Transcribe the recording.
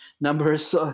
numbers